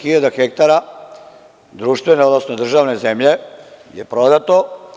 Trista hiljada hektara društvene, odnosno državne zemlje je prodato.